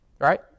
right